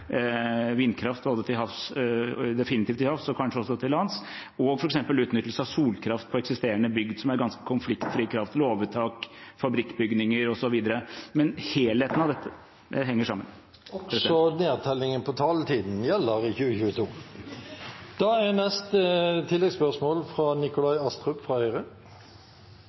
vindkraft, definitivt til havs og kanskje også til lands, og f.eks. utnyttelse av solkraft på eksisterende bygg, som er ganske konfliktfri kraft, låvetak, fabrikkbygninger, osv. Men helheten av dette henger sammen. Også nedtellingen av taletiden gjelder i 2022. Nikolai Astrup – til oppfølgingsspørsmål. Jeg oppfattet statsrådens svar på spørsmålene fra